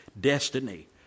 destiny